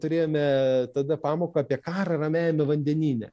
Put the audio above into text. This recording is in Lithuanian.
turėjome tada pamoką apie karą ramiajame vandenyne